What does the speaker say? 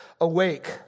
Awake